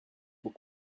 book